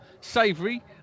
Savory